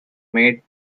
made